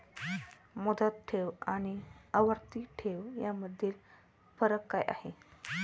मुदत ठेव आणि आवर्ती ठेव यामधील फरक काय आहे?